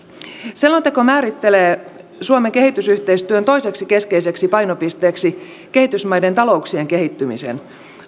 selonteko määrittelee suomen kehitysyhteistyön toiseksi keskeiseksi painopisteeksi kehitysmaiden talouksien kehittymisen